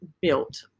built